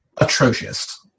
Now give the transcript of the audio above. atrocious